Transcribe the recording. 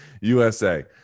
USA